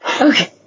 Okay